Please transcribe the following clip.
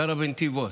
גרה בנתיבות.